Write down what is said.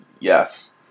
yes